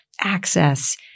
access